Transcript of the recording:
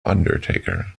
undertaker